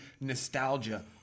nostalgia